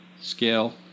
scale